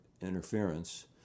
interference